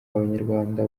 abanyarwanda